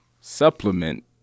supplement